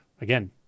again